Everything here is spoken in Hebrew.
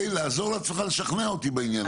לעזור לעצמך לשכנע אותי בעניין הזה.